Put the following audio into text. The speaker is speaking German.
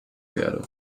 werde